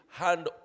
hand